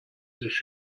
sich